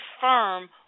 firm